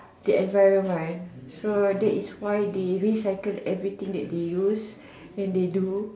the environment so that is why they recycle everything that they use and they do